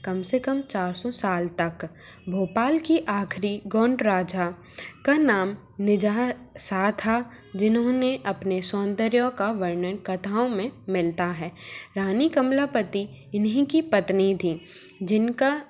कम से कम चार सौ साल तक भोपाल की आखिरी गोंड राजा का नाम निजहत शाह था जिन्होंने अपने सौंदर्य का वर्णन कथाओं में मिलता है रानी कमलापति इन्हीं की पत्नी थीं जिनका